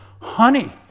honey